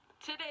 today